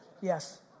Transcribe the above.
Yes